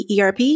ERP